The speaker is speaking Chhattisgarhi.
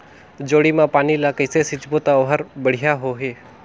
जोणी मा पानी ला कइसे सिंचबो ता ओहार बेडिया होही?